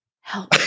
help